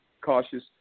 cautious